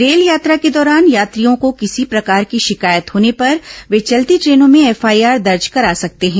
rail यात्रा के दौरान यात्रियों को किसी प्रकार की शिकायत होने पर वे चलती ट्रेनों में एफआईआर दर्ज करा सकते हैं